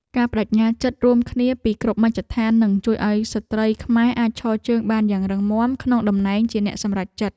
ការប្តេជ្ញាចិត្តរួមគ្នាពីគ្រប់មជ្ឈដ្ឋាននឹងជួយឱ្យស្ត្រីខ្មែរអាចឈរជើងបានយ៉ាងរឹងមាំក្នុងតំណែងជាអ្នកសម្រេចចិត្ត។